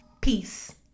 peace